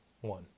one